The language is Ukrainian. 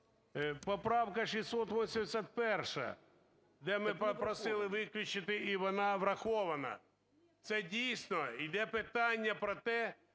Поправка 681, де ми попросили виключити, і вона врахована. Це, дійсно, іде питання про те,